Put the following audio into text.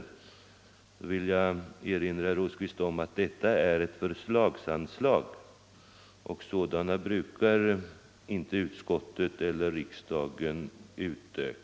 Jag vill erinra om att detta är ett förslagsanslag, och sådana brukar inte utskottet eller riksdagen räkna upp.